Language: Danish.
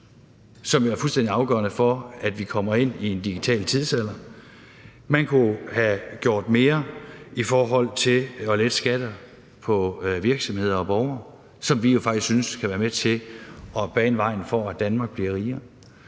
jo er fuldstændig afgørende for, at vi kommer ind i en digital tidsalder. Man kunne have gjort mere i forhold til at lette skatter for virksomheder og borgere, hvilket vi faktisk synes kan være med til at bane vejen for, at Danmark bliver rigere.